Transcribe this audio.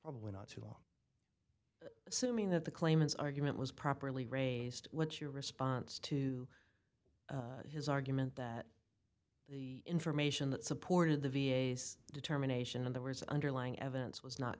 probably not too long assuming that the claimants argument was properly raised what's your response to his argument that the information that supported the v a s determination of the words underlying evidence was not